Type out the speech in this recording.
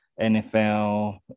NFL